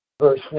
Verse